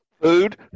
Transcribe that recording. food